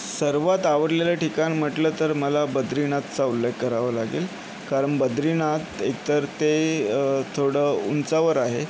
सर्वात आवडलेलं ठिकाण म्हटलं तर मला बद्रीनाथचा उल्लेख करावा लागेल कारण बद्रीनाथ एकतर ते थोडं उंचावर आहे